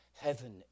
heaven